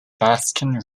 baskin